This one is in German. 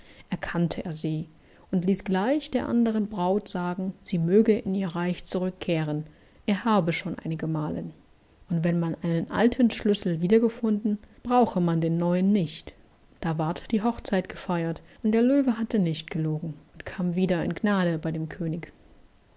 erkannte er sie und ließ gleich der andern braut sagen sie möge in ihr reich zurückkehren er habe schon eine gemahlin und wenn man einen alten schlüssel wieder gefunden brauche man den neuen nicht da ward die hochzeit gefeiert und der löwe hatte nicht gelogen und kam wieder in gnade bei dem könig